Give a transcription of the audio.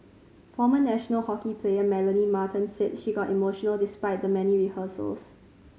former national hockey player Melanie Martens said she got emotional despite the many rehearsals